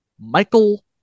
Michael